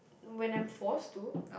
when I'm forced to